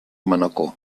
manacor